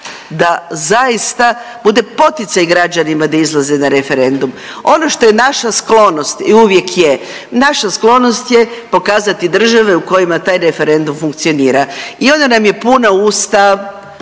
da zaista bude poticaj građanima da izlaze na referendum. Ono što je naša sklonost i uvijek je, naša sklonost je pokazati države u kojima taj referendum funkcionira i onda nam je puna usta